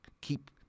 keep